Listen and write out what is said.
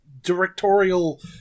directorial